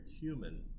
human